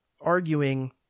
arguing